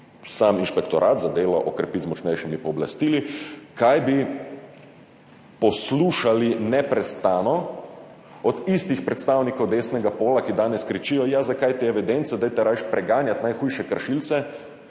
sam Inšpektorat za delo okrepiti z močnejšimi pooblastili, kaj bi neprestano poslušali od istih predstavnikov desnega pola, ki danes kričijo, zakaj te evidence, dajte rajši preganjat najhujše kršilce,